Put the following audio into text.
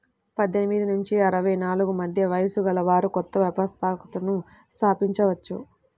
పద్దెనిమిది నుంచి అరవై నాలుగు మధ్య వయస్సు గలవారు కొత్త వ్యవస్థాపకతను స్థాపించవచ్చు